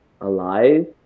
alive